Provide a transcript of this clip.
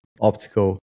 optical